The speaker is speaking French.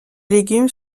légumes